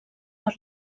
per